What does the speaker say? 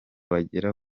bagera